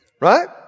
Right